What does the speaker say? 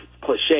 cliche